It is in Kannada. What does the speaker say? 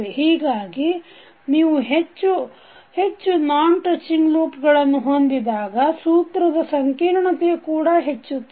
ಹೀಗಾಗಿ ನೀವು ಹೆಚ್ಚು ಹೆಚ್ಚು ನಾನ್ ಟಚ್ಚಿಂಗ್ ಲೂಪ್ಗಳನ್ನು ಹೊಂದಿದಾಗ ಸೂತ್ರದ ಸಂಕೀರ್ಣತೆ ಕೂಡ ಹೆಚ್ಚುತ್ತದೆ